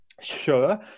sure